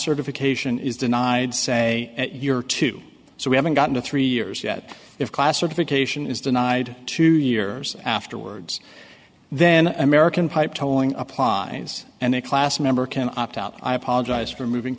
certification is denied say your two so we haven't gotten to three years yet if class certification is denied two years afterwards then american pipe tolling applies and a class member can opt out i apologize for moving